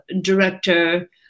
director